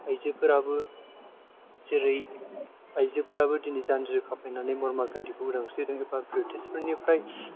आइजोफोराबो जेरै आइजोफोराबो दिनै जानजि खाफ्रानानै महात्मा गान्धीखौ उदांस्रि होदों एबा बृतिसफोरनिफ्राय